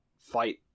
fight